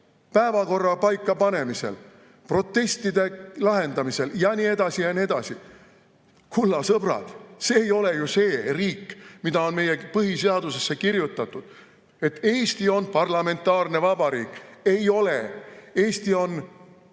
päevakorra paikapanemisel, protestide lahendamisel ja nii edasi? Kulla sõbrad! See ei ole ju see riik, mille kohta on meie põhiseadusesse kirjutatud, et Eesti on parlamentaarne vabariik. Ei ole! Eesti on